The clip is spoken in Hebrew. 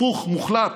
היפוך מוחלט: